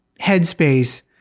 headspace